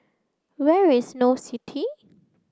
where is Snow City